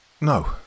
no